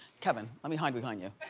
kevin, let me hide behind you.